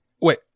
wait